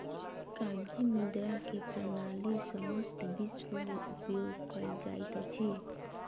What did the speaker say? कागजी मुद्रा के प्रणाली समस्त विश्व में उपयोग कयल जाइत अछि